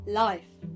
life